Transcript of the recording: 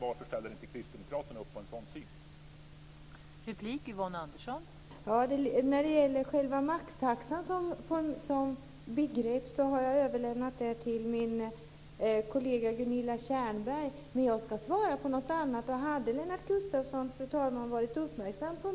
Varför ställer inte Kristdemokraterna upp på en sådan syn?